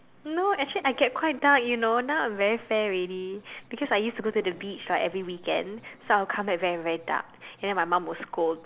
no actually I get quite dark you know now I'm very fair already because I used to go to the beach like every weekend so I'll come back very very dark and then my mum will scold